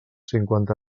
cinquanta